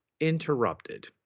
interrupted